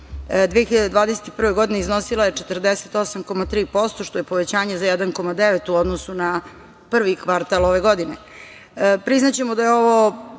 2021. godine iznosila 48,3% što je povećanje za 1,9 u odnosu na prvi kvartal ove godine. Priznaćemo da je ovo